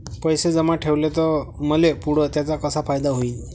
पैसे जमा ठेवले त मले पुढं त्याचा कसा फायदा होईन?